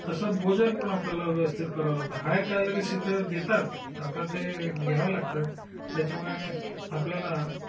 तसंच भोजन पण आपल्याला व्यवस्थित करावं लागतं हाय कॅलरीज तिथं देतात तर आपला ते घ्यावं लागतात त्याच्यामुळे आपल्याला